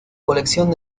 colección